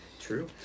true